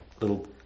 little